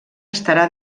estarà